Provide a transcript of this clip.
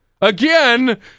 again